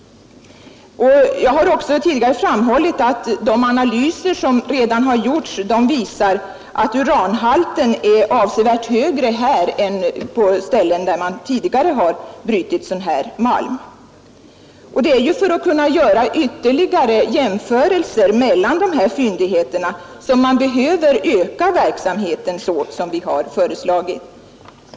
Jag har också tidigare framhållit att de analyser som redan har gjorts visar att uranhalten är avsevärt högre här än på ställen där man tidigare har brutit sådan här malm. Det är för att kunna göra ytterligare jämförelser mellan de här fyndigheterna som man behöver öka verksamheten så som vi har föreslagit.